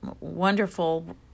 wonderful